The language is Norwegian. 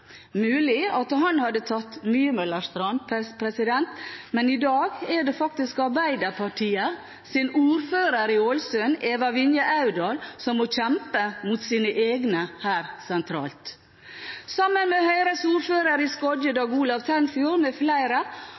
mulig at han hadde tatt mye Møllers tran. Men i dag er det faktisk Arbeiderpartiets ordfører i Ålesund, Eva Vinje Aurdal, som må kjempe mot sine egne her sentralt. Sammen med Høyres ordfører i Skodje, Dag Olav Tennfjord, med flere